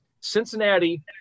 Cincinnati